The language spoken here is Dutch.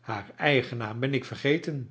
haar eigen naam ben ik vergeten